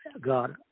God